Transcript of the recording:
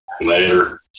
later